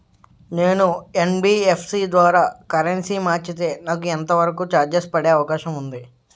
నేను యన్.బి.ఎఫ్.సి ద్వారా కరెన్సీ మార్చితే నాకు ఎంత వరకు చార్జెస్ పడే అవకాశం ఉంది?